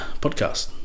podcast